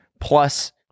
plus